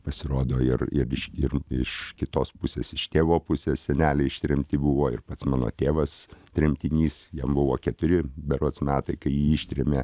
pasirodo ir ir iš ir iš kitos pusės iš tėvo pusės seneliai ištremti buvo ir pats mano tėvas tremtinys jam buvo keturi berods metai kai jį ištrėmė